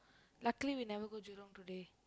luckily we never go Jurong today